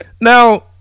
now